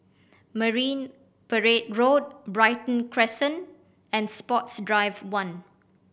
Marine Parade Road Brighton Crescent and Sports Drive One